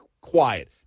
quiet